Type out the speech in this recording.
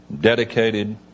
dedicated